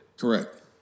Correct